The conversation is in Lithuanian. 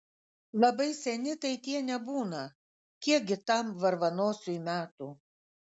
labai seni tai tie nebūna kiekgi tam varvanosiui metų